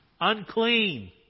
Unclean